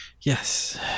Yes